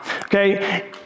okay